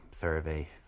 Survey